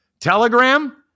telegram